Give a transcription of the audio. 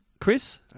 Chris